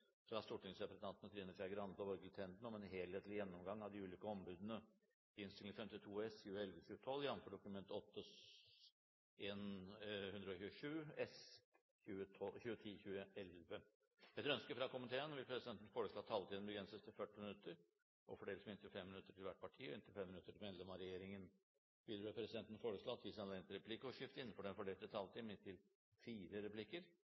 fra komiteen vil presidenten foreslå at taletiden begrenses til 40 minutter og fordeles med inntil 5 minutter til hvert parti og inntil 5 minutter til medlem av regjeringen. Videre vil presidenten foreslå at det gis anledning til replikkordskifte på inntil fire replikker med svar etter innlegg fra medlem av regjeringen innenfor den fordelte taletid.